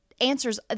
answers